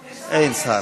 שר?